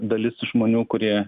dalis žmonių kurie